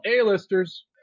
A-listers